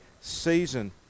season